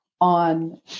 on